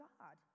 God